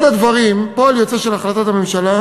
אחד הדברים, פועל יוצא של החלטת הממשלה,